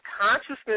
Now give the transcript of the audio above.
consciousness